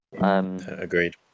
Agreed